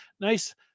nice